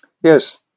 Yes